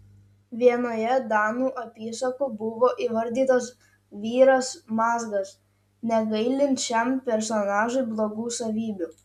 vienoje danų apysakų buvo įvardytas vyras mazgas negailint šiam personažui blogų savybių